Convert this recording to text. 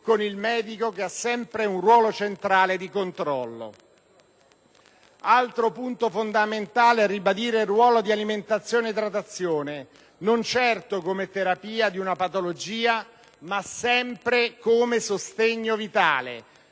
con il medico che ha sempre un ruolo centrale di controllo. Altro punto fondamentale è ribadire il ruolo di alimentazione e idratazione non certo come terapia di una patologia, ma sempre come sostegno vitale